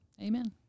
Amen